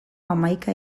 hamaika